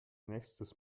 nächstes